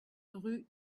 rue